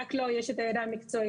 רק לו יש את הידע המקצועי,